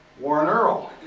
warren earl,